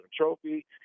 Trophy